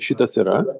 šitas yra